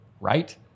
right